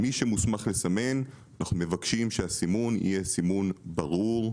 אנחנו מבקשים ממי שמוסמך לסמן שהסימון יהיה סימון ברור,